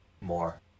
more